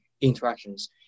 Interactions